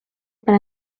para